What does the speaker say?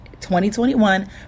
2021